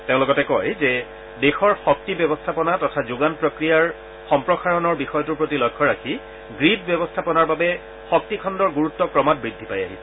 তেওঁ লগতে কয় যে দেশৰ শক্তি ব্যৱস্থাপনা তথা যোগান প্ৰক্ৰিয়াৰ সম্প্ৰসাৰণৰ বিষয়টোৰ প্ৰতি লক্ষ্য ৰাথি গ্ৰীড ব্যৱস্থাপনাৰ বাবে শক্তি খণ্ডৰ গুৰুত্ব ক্ৰমাৎ বৃদ্ধি পাই আহিছে